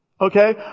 Okay